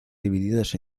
divididas